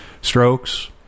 Strokes